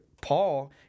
Paul